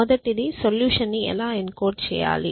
మొదటిది సొల్యూషన్ ని ఎలా ఎన్కోడ్ చేయాలి